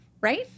Right